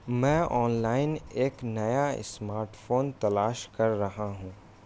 میں online ایک نیا اسمارٹ فون تلاش کر رہا ہوں